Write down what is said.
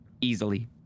easily